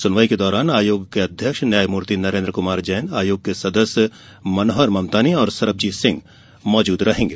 सुनवाई के दौरान आयोग के अध्यक्ष न्यायमूर्ति नरेन्द्र कुमार जैन आयोग के सदस्य मनोहर ममतानी और सरबजीत सिंह भी मौजूद रहेंगे